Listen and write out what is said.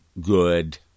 good